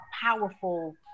Powerful